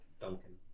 Duncan